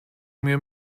mir